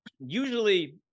usually